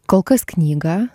kol kas knygą